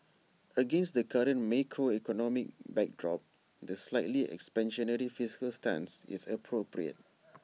against the current macroeconomic backdrop the slightly expansionary fiscal stance is appropriate